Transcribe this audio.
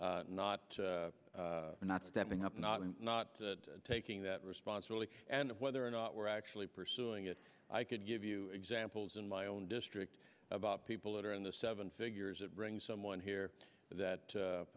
not not stepping up not in not taking that responsibility and whether or not we're actually pursuing it i could give you examples in my own district about people that are in the seven figures that bring someone here that